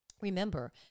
Remember